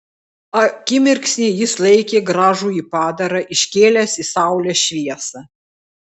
akimirksnį jis laikė gražųjį padarą iškėlęs į saulės šviesą